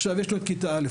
עכשיו יש לו את כיתה א',